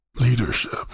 Leadership